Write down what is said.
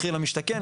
מחיר למשתכן,